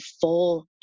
full